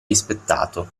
rispettato